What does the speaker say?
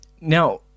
Now